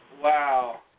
Wow